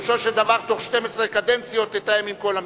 פירושו של דבר שבתוך 12 קדנציות תתאם עם כל המשרדים.